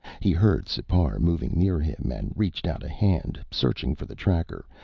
he heard sipar moving near him and reached out a hand, searching for the tracker,